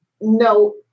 no